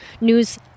news